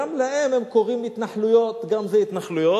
גם להן הם קוראים "התנחלויות" גם זה התנחלויות.